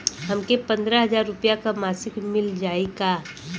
हमके पन्द्रह हजार रूपया क मासिक मिल जाई का?